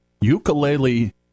ukulele